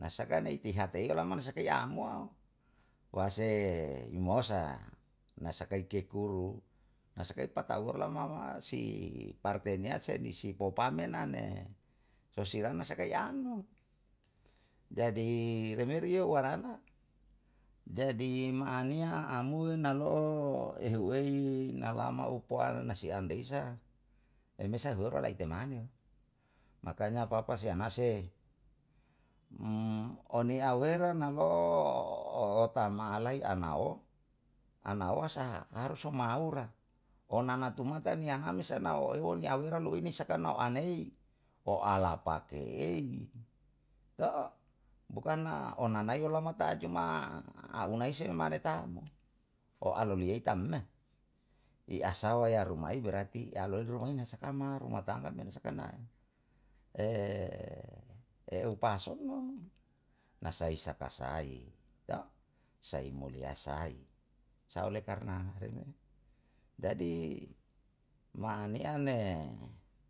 Na saka nai tiha peilama asake ya mo, wa sei i mosa nasake kei kue, nasaka pakawulo mo si partenea sei nisi popamena ne sosianai sakai ano. jadi reneru ye warana, jadi maaniya amoe nalo'o eheu ei na lama upuana na si an leisa, eimesa suala lai ite maniyo, makanya papa si ana sei, on ni a wera na lo'o o tama alai ana'o, ana'o asaha harus homa haura wananatu mata niya hamisa anao heu niya awera lou ini sakana anei, o alapa ke ei bukan na onanai olamata cuma a unai se'e mareta mo. o aloliyai taam me? I asao yarumai berarti aloi rumai na saka ma ruma tangga me na saka na, eupason o, na sai saka sai sai mo lia sai. Oleh karna re um me, jadi maaniya me